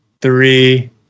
three